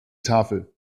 tafel